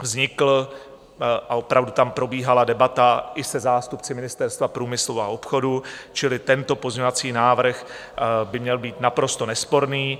Vznikl a opravdu tam probíhala debata i se zástupci Ministerstva průmyslu a obchodu, čili tento pozměňovací návrh by měl být naprosto nesporný.